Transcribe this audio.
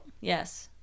Yes